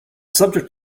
subject